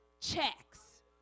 checks